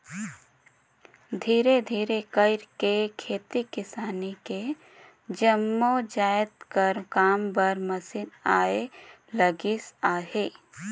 धीरे धीरे कइरके खेती किसानी के जम्मो जाएत कर काम बर मसीन आए लगिस अहे